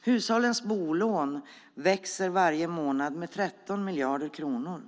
Hushållens bolån växer varje månad med 13 miljarder kronor.